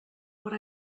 what